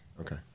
Okay